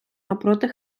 навпроти